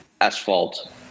asphalt